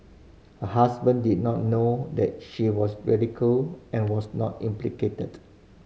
her husband did not know that she was and was not implicated